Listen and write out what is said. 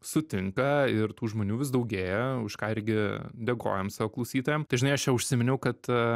sutinka ir tų žmonių vis daugėja už ką irgi dėkojam savo klausytojam tai žinai aš čia jau užsiminiau kad